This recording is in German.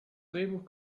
drehbuch